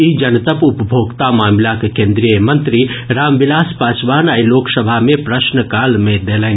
ई जनतब उपभोक्ता मामिलाक केन्द्रीय मंत्री रामविलास पासवान आइ लोकसभा मे प्रश्नकाल मे देलनि